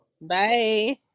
Bye